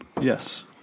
Yes